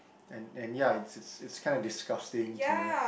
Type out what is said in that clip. and and ya it's it's kind of disgusting to